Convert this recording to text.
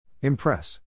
Impress